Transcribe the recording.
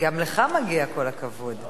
גם לך מגיע כל הכבוד.